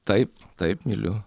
taip taip myliu